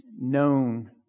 known